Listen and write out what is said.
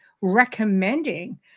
recommending